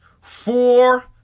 four